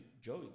Joey